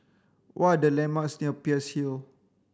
what the landmarks near Peirce Hill